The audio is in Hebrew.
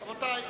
רבותי,